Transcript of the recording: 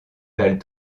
valent